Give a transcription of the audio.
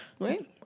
Right